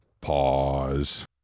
Pause